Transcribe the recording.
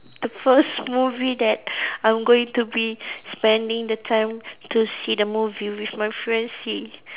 the first movie that I'm going to be spending the time to see the movie with my fiance